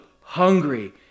hungry